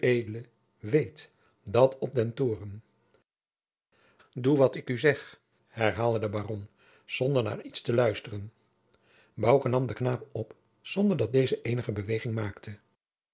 weet dat op den toren doe wat ik u zeg herhaalde de baron zonder naar iets te luisteren bouke nam den knaap op zonder dat deze eenige beweging maakte